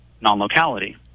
non-locality